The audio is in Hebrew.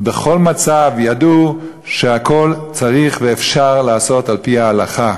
בכל מצב ידעו שהכול צריך ואפשר לעשות על-פי ההלכה.